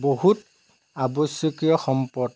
বহুত আৱশ্যকীয় সম্পদ